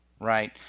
right